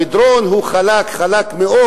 המדרון הוא חלק, חלק מאוד,